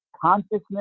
consciousness